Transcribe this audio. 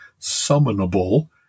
summonable